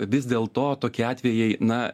vis dėlto tokie atvejai na